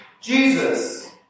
Jesus